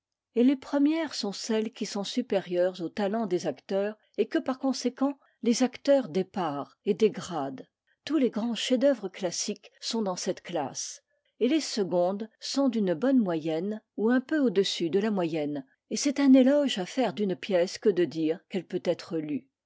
et les premières sont celles qui sont supérieures au talent des acteurs et que par conséquent les acteurs déparent et dégradent tous les grands chefs-d'œuvre classiques sont dans cette classe et les secondes sont d'une bonne moyenne ou un peu au-dessus de la moyenne et c'est un éloge à faire d'une pièce que de dire qu'elle peut être lue